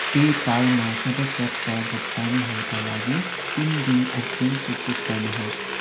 pay पालमा सबै स्वत भुक्तानीहरूका लागि तिन दिन अग्रिम सूचित गर्नुहोस्